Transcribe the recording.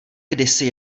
kdysi